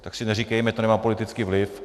Tak si neříkejme, že to nemá politický vliv.